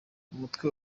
umutwe